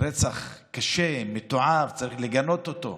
רצח קשה, מתועב, וצריך לגנות אותו,